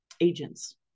agents